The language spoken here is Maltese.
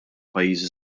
pajjiżi